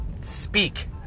speak